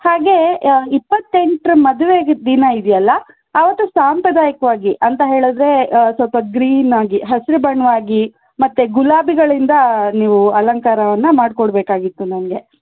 ಹಾಗೆ ಇಪ್ಪತ್ತೆಂಟರ ಮದುವೆ ದಿನ ಇದೆಯಲ್ಲ ಆವತ್ತು ಸಾಂಪ್ರದಾಯಿಕವಾಗಿ ಅಂತ ಹೇಳಿದರೆ ಸ್ವಲ್ಪ ಗ್ರೀನ್ ಆಗಿ ಹಸಿರು ಬಣ್ಣವಾಗಿ ಮತ್ತು ಗುಲಾಬಿಗಳಿಂದ ನೀವು ಅಲಂಕಾರವನ್ನು ಮಾಡಿಕೊಡ್ಬೇಕಾಗಿತ್ತು ನಮಗೆ